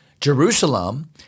Jerusalem